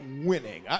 winning